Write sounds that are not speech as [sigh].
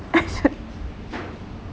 [laughs] actually